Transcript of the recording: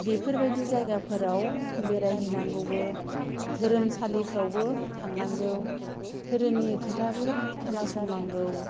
बेफोरबादि जायगोफोराव बेरायहैनांगौबो धोरोमसालिफ्रावबो थांनांगौ धोरोमनि खोथाबो खोनासंनांगौ